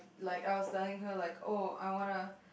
like I was telling her like oh I wanna